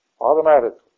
Automatically